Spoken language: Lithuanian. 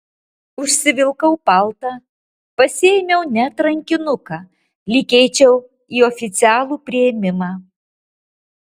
užsivilkau paltą pasiėmiau net rankinuką lyg eičiau į oficialų priėmimą